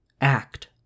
act